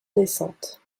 naissante